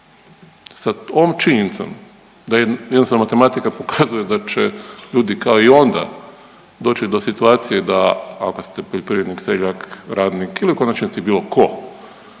Sad, ovom činjenicom da jednostavno matematika pokazuje da će ljudi kao i onda doći do situacije da, ako ste poljoprivrednik, seljak, radnik ili u konačnici, bilo tko